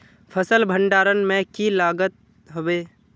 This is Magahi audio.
फसल भण्डारण में की लगत होबे?